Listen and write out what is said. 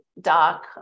doc